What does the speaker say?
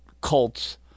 cults